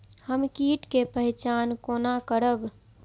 हम कीट के पहचान कोना करब?